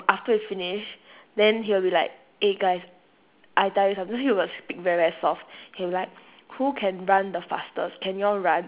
after we finish then he will be like eh guys I tell you something then he will speak very very soft he'll be like who can run the fastest can you all run